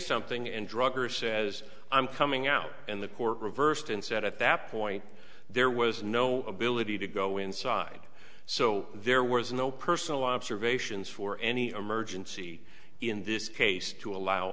something and drucker says i'm coming out and the court reversed and said at that point there was no ability to go inside so there was no personal observations for any emergency in this case to allow